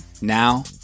Now